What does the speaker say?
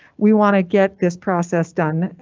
we want to get this process done,